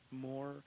more